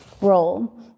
role